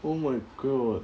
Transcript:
oh my god